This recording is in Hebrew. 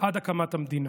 עד הקמת המדינה.